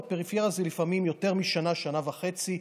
בפריפריה זה לפעמים יותר משנה-שנה וחצי.